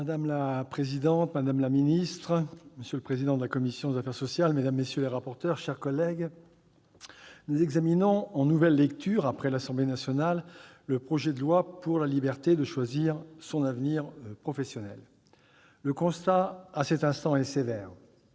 Madame la présidente, madame la ministre, monsieur le président de la commission des affaires sociales, monsieur le rapporteur, mes chers collègues, nous examinons en nouvelle lecture, après l'Assemblée nationale, le projet de loi pour la liberté de choisir son avenir professionnel. Le constat à cet instant est sévère